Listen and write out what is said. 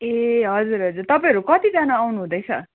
ए हजुर हजुर तपाईँहरू कतिजना आउनुहुँदैछ